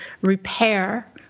repair